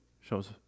shows